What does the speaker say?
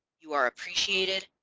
you are appreciated.